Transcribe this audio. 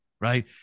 right